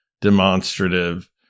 demonstrative